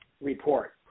report